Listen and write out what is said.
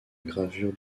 gravure